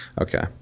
Okay